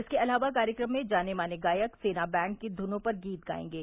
इसके अलावा कार्यक्रम में जाने माने गायक सेना बैंड की घुनों पर गीत गाएंगे